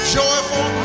joyful